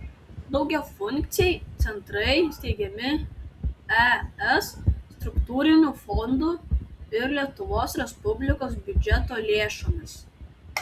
daugiafunkciai centrai steigiami es struktūrinių fondų ir lietuvos respublikos biudžeto lėšomis